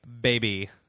Baby